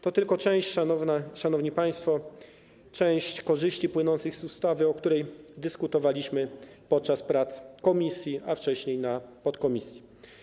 To tylko, szanowni państwo, część korzyści płynących z ustawy, o której dyskutowaliśmy podczas prac w komisji, a wcześniej w podkomisji.